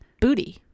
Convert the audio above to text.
booty